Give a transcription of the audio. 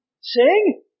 sing